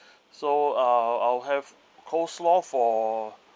so uh I'll have coleslaw for